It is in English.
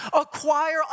acquire